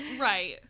right